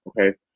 Okay